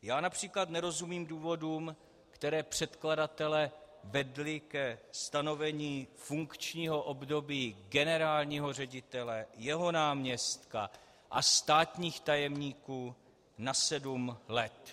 Já například nerozumím důvodům, které předkladatele vedly ke stanovení funkčního období generálního ředitele, jeho náměstka a státních tajemníků na sedm let.